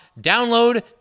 Download